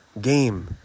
game